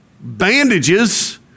bandages